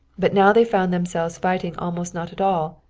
but now they found themselves fighting almost not at all,